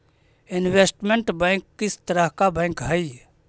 investment bank किस तरह का बैंक हई